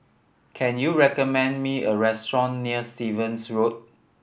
can you recommend me a restaurant near Stevens Road